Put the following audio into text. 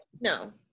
No